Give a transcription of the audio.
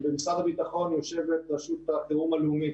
במשרד הביטחון יושבת רשות החירום הלאומית